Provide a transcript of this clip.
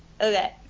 Okay